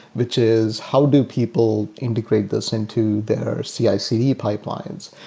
which is how do people integrate this into their cicd pipelines.